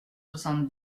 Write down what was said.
soixante